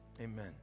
amen